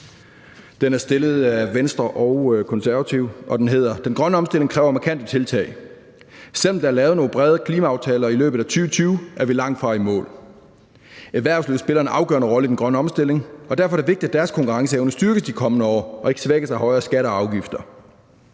Konservative Folkeparti: Forslag til vedtagelse »Den grønne omstilling kræver markante tiltag. Selv om der er lavet nogle brede klimaaftaler i løbet af 2020, er vi langt fra i mål. Erhvervslivet spiller en afgørende rolle i den grønne omstilling, og derfor er det vigtigt, at deres konkurrenceevne styrkes de kommende år og ikke svækkes af højere skatter og afgifter.